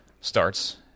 starts